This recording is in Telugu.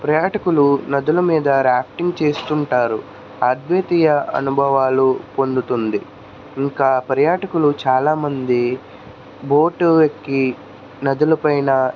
పర్యాటకులు నదుల మీద ర్యాఫ్టింగ్ చేస్తుంటారు అద్వితీయ అనుభవాలు పొందుతుంది ఇంకా పర్యాటకులు చాలా మంది బోట్ ఎక్కి నదులపైన